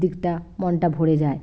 দিকটা মনটা ভরে যায়